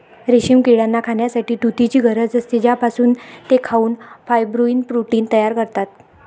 रेशीम किड्यांना खाण्यासाठी तुतीची गरज असते, ज्यापासून ते खाऊन फायब्रोइन प्रोटीन तयार करतात